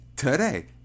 today